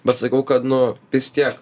bet sakau kad nu vis tiek